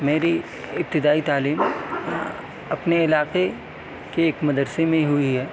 میری ابتدائی تعلیم اپنے علاقہ کے ایک مدرسہ میں ہوئی ہے